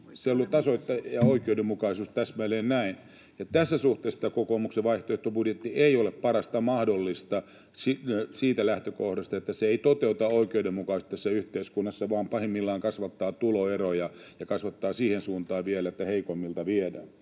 — ja oikeudenmukaisuus, täsmälleen näin. Tässä suhteessa tämä kokoomuksen vaihtoehtobudjetti ei ole parasta mahdollista siitä lähtökohdasta, että se ei toteuta oikeudenmukaisuutta tässä yhteiskunnassa, vaan pahimmillaan kasvattaa tuloeroja ja kasvattaa vielä siihen suuntaan, että heikoimmilta viedään.